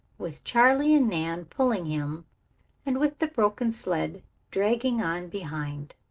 with charley and nan pulling him and with the broken sled dragging on behind.